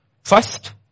First